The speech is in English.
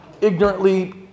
ignorantly